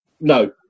No